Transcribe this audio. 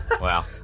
Wow